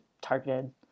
targeted